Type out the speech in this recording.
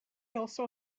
also